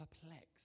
Perplexed